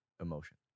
emotion